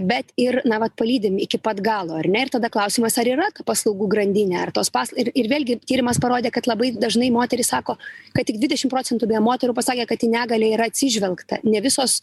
bet ir na vat palydim iki pat galo ar ne ir tada klausimas ar yra paslaugų grandinė ar tos pasl ir ir vėlgi tyrimas parodė kad labai dažnai moterys sako kad tik dvidešim procentų moterų pasakė kad į negalią yra atsižvelgta ne visos